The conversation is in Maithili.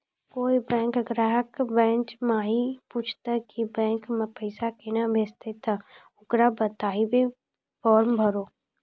कोय बैंक ग्राहक बेंच माई पुछते की बैंक मे पेसा केना भेजेते ते ओकरा बताइबै फॉर्म भरो